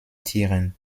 tieren